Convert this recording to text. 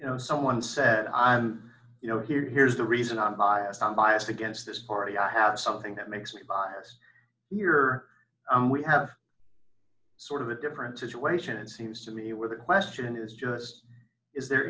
you know someone said i'm you know here's the reason i'm biased i'm biased against this party i have something that makes me biased here we have sort of a different situation it seems to me where the question is just is there